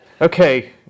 Okay